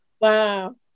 Wow